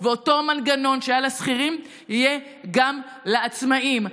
אותו מנגנון שהיה לשכירים יהיה גם לעצמאים.